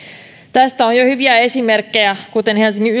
tästä on jo hyviä esimerkkejä kuten helsingin